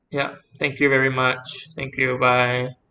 yup thank you very much thank you bye